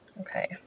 Okay